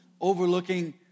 overlooking